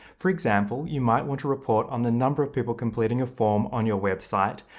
for example, you might want to report on the number of people completing a form on your website,